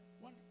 one